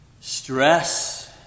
Stress